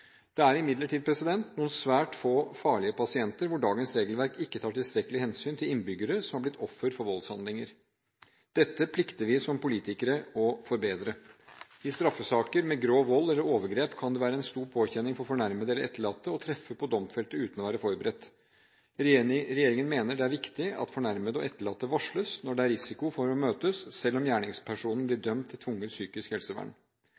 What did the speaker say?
Det er imidlertid noen svært få farlige pasienter, hvor dagens regelverk ikke tar tilstrekkelig hensyn til innbyggere som har blitt offer for voldshandlinger. Dette plikter vi som politikere å forbedre. I straffesaker med grov vold eller overgrep kan det være en stor påkjenning for fornærmede eller etterlatte å treffe på domfelte uten å være forberedt. Regjeringen mener det er viktig at fornærmede og etterlatte varsles når det er risiko for å møtes, selv om gjerningspersonen blir dømt til tvungent psykisk helsevern.